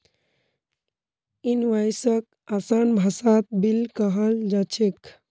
इनवॉइसक आसान भाषात बिल कहाल जा छेक